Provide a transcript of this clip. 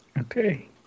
Okay